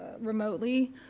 remotely